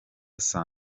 saa